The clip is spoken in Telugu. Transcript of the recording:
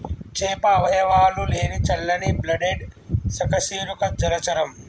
చేప అవయవాలు లేని చల్లని బ్లడెడ్ సకశేరుక జలచరం